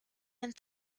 and